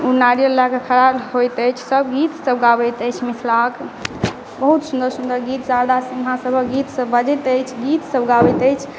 ओ नारीयल लऽ कऽ खरा होइत अछि सब गीत सब गबैत अछि मिथिलाक बहुत सुन्दर सुन्दर गीत शारदा सिन्हा सबहक गीत सब बजैत अछि गीत सब गाबैत अछि